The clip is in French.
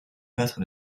peintre